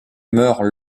meurt